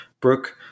Brooke